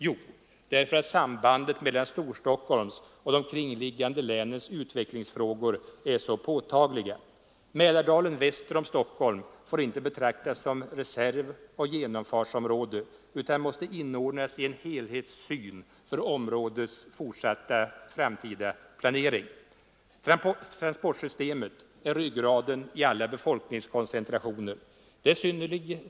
Jo, därför att sambanden mellan Storstockholms och de kringliggande länens utvecklingsfrågor är så påtagliga. Mälardalen väster om Stockholm får inte betraktas som reservoch genomfartsområde utan måste inordnas i en helhetssyn för områdets framtida planering. Transportsystemet är ryggraden i alla befolkningskoncentrationer.